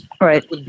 Right